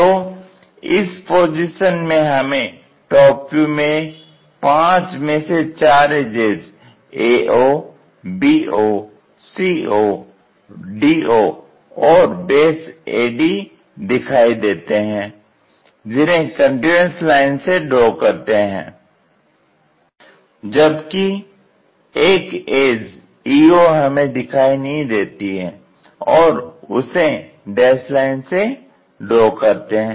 तो इस पोजीशन में हमें टॉप व्यू में पांच में से चार edges ao bo co do और बेस ad दिखाई देते हैं जिन्हे कंटीन्यूअस लाइन से ड्रॉ करते हैं जबकि एक एज eo हमें दिखाई नहीं देती है उसे डैस्ड लाइन से ड्रॉ करते हैं